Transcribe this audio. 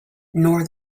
nor